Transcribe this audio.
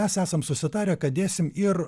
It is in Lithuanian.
mes esam susitarę kad dėsim ir